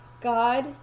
god